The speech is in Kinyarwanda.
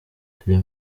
turi